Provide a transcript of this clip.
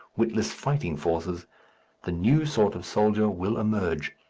witless, fighting forces the new sort of soldier will emerge,